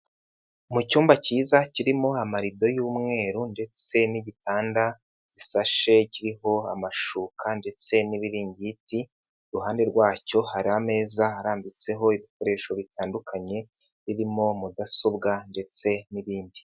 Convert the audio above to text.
Mu cyumba cyiza kirimo amalrido y'umweru ndetse n'igitanda gisashe kiriho amashuka ndetse n'ibiringiti, iruhande rwacyo hari ameza arambitseho ibikoresho bitandukanye birimo mudasobwa ndetse n'ibindi.